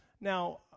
Now